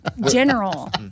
general